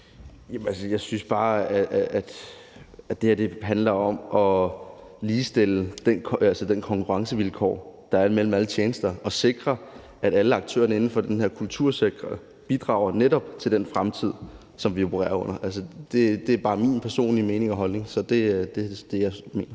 Jeg synes bare, at det her handler om at ligestille de konkurrencevilkår, der er imellem alle tjenester, og sikre, at alle aktører inden for den her kultursektor netop bidrager til den fremtid, som vi opererer med. Det er bare min personlige mening og holdning. Det er det, jeg mener.